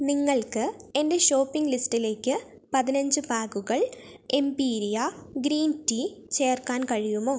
നിങ്ങൾക്ക് എന്റെ ഷോപ്പിംഗ് ലിസ്റ്റിലേക്ക് പതിനഞ്ച് ബാഗുകൾ എംപീരിയ ഗ്രീൻ ടീ ചേർക്കാൻ കഴിയുമോ